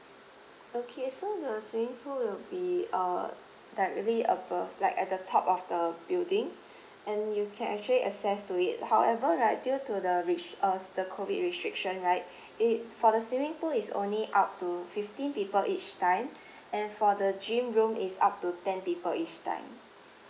okay so the swimming pool will be uh directly above like at the top of the building and you can actually access to it however right due to the re~ uh the COVID restriction right it for the swimming pool it's only up to fifteen people each time and for the gym room it's up to ten people each time